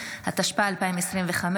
התשפ"ה 2025,